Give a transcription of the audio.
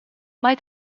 mai